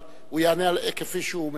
אבל הוא יענה כפי שהוא מבין.